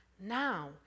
now